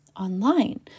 online